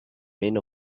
many